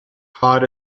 cod